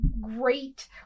great